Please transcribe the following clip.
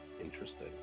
Interesting